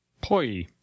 Poi